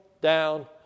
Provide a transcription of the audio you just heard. down